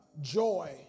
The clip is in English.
joy